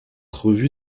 revue